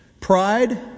Pride